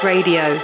Radio